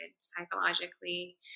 psychologically